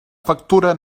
factura